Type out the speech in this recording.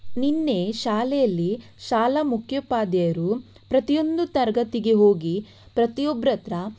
ನಿನ್ನೆ ಶಾಲೆಯಲ್ಲಿ ಶಾಲಾ ಮುಖ್ಯೋಪಾಧ್ಯಾಯರು ಪ್ರತಿಯೊಂದು ತರಗತಿಗೆ ಹೋಗಿ ಪ್ರತಿಯೊಬ್ಬರ ಹತ್ರ